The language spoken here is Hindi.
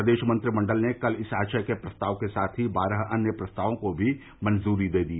प्रदेश मंत्रिमंडल ने कल इस आशय के प्रस्ताव के साथ ही बारह अन्य प्रस्तावों को भी मंजूरी दे दी